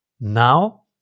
Now